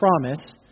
promise